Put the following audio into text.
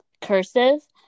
cursive